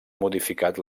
modificat